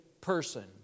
person